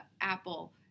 apple